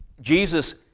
Jesus